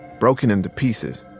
broken into pieces,